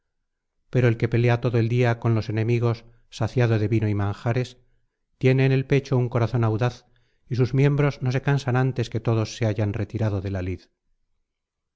pero el que pelea todo el día con los enemigos saciado de vino y de manjares tiene en el pecho un corazón audaz y sus miembros no se cansan antes que todos se hayan retirado de la lid